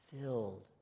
filled